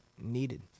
needed